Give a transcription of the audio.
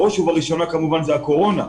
בראש ובראשונה כמובן זה הקורונה,